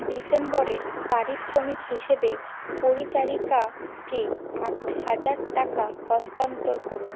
December এর পারিশ্রমিক হিসেবে পরিচারিকাকে আট হাজার টাকা হস্তান্তর করুন